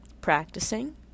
practicing